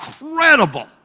incredible